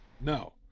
No